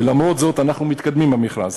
ולמרות זאת אנחנו מתקדמים במכרז.